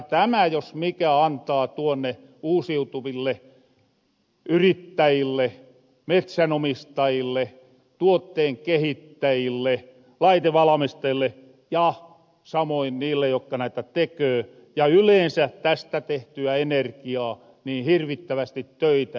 tämä jos mikä antaa tuonne uusiutuville yrittäjille metsänomistajille tuotteen kehittäjille laitevalamistajille ja samoin niille jokka näitä teköö ja yleensä tästä tehtyä energiaa hirvittävästi töitä